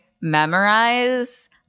memorize